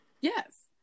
Yes